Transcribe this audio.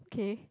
okay